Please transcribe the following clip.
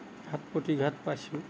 ঘাত প্রতিঘাত পাইছোঁ